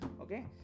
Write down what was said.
okay